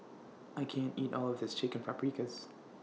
I can't eat All of This Chicken Paprikas